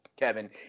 Kevin